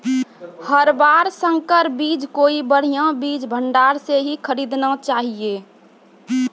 हर बार संकर बीज कोई बढ़िया बीज भंडार स हीं खरीदना चाहियो